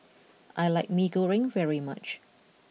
I like Mee Goreng very much